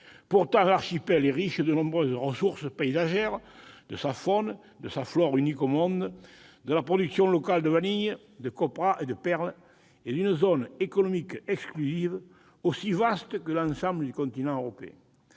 Pourtant, l'archipel est riche de nombreuses ressources paysagères, de sa faune et de sa flore uniques au monde, de la production locale de vanille, de coprah et de perles, et d'une zone économique exclusive aussi vaste que l'ensemble du continent européen.